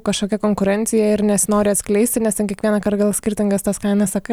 kažkokia konkurencija ir nesinori atskleisti nes ten kiekvienąkart gal skirtingas tas kainas sakai